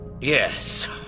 Yes